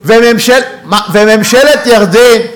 ובממשלת ירדן,